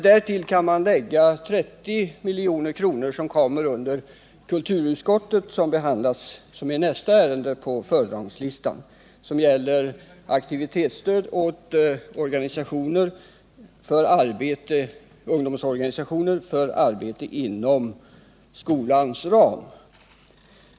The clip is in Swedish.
Därtill kan man lägga 30 milj.kr. som kommer under kulturutskottet, vars betänkande är nästa ärende på föredragningslistan, och det gäller aktivitetsstöd åt ungdomsorganisationer för arbete inom skolans ram.